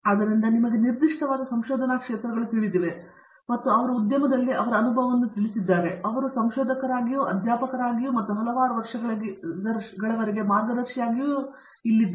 ಆದ್ದರಿಂದ ನಿಮಗೆ ನಿರ್ದಿಷ್ಟವಾದ ಸಂಶೋಧನಾ ಕ್ಷೇತ್ರಗಳು ತಿಳಿದಿವೆ ಮತ್ತು ಅವರು ಉದ್ಯಮದಲ್ಲಿ ಅವರ ಅನುಭವವನ್ನು ತಿಳಿಸಿದ್ದಾರೆ ಮತ್ತು ಅವರು ಸಂಶೋಧಕರಾಗಿಯೂ ಅಧ್ಯಾಪಕರಾಗಿಯೂ ಮತ್ತು ಹಲವಾರು ವರ್ಷಗಳವರೆಗೆ ಮಾರ್ಗದರ್ಶಿಯಾಗಿಯೂ ಇಲ್ಲಿದ್ದಾರೆ